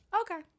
Okay